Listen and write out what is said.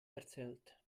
erzählt